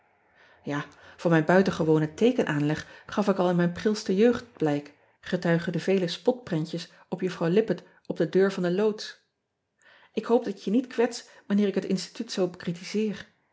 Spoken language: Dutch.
a van mijn buitengewonen teekenaanleg gaf ik al in mijn prilste jeugd blijk getuige de vele spotprentjes op uffrouw ippett op de deur van de loods k hoop dat ik je niet kwets wanneer ik het instituut zoo bekritiseer